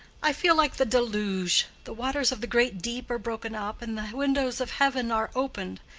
i feel like the deluge. the waters of the great deep are broken up, and the windows of heaven are opened.